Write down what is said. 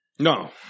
No